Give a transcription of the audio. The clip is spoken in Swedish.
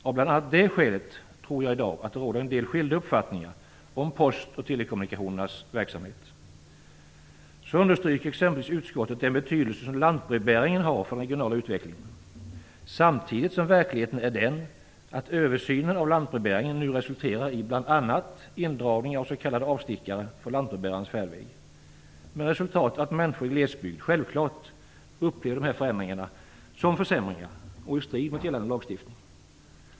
Av bl.a. det skälet råder i dag en del skilda uppfattningar om post och telekommunikationernas verksamhet. Så understryker exempelvis utskottet den betydelse som lantbrevbäringen har för den regionala utvecklingen samtidigt som verkligheten är den att översynen av lantbrevbäringen nu resulterar i bl.a. indragningar av s.k. avstickare från lantbrevbärarens färdväg. Det får till resultat att människor i glesbygd självklart upplever dessa förändringar som försämringar och i strid med gällande lagstiftning.